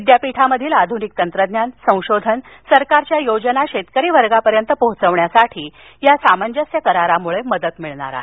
विद्यापीठामधील आधुनिक तंत्रज्ञान संशोधन सरकारच्या योजना शेतकरी वर्गापर्यंत पोहचविण्यासाठी या सामंजस्य करारामुळे मदत होणार आहे